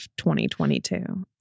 2022